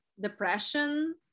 depression